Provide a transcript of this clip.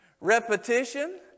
Repetition